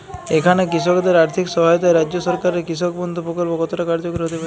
এখানে কৃষকদের আর্থিক সহায়তায় রাজ্য সরকারের কৃষক বন্ধু প্রক্ল্প কতটা কার্যকরী হতে পারে?